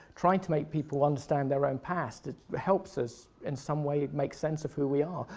trying to make people understand their own past. it helps us. in some way, it makes sense of who we are.